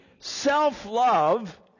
self-love